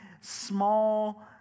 small